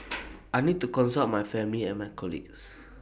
I need to consult my family and my colleagues